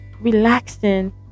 relaxing